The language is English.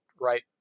right